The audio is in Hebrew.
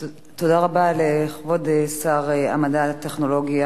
תודה רבה לכבוד שר המדע והטכנולוגיה